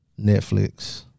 Netflix